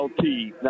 LT